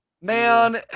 Man